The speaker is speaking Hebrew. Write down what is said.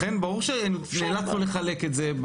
לכן נאלצנו לחלק את זה.